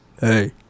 hey